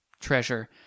treasure